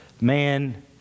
Man